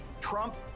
Trump